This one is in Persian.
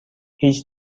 هیچ